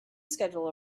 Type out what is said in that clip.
schedule